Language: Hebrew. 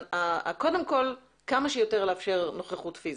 קודם כל כמה שיותר לאפשר נוכחות פיזית.